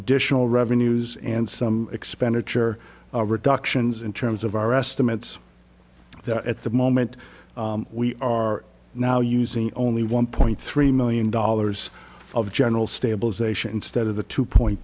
additional revenues and some expenditure reductions in terms of our estimates that at the moment we are now using only one point three million dollars of general stabilization instead of the two point